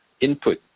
input